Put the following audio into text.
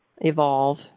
evolve